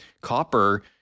copper